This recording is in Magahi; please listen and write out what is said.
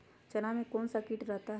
चना में कौन सा किट रहता है?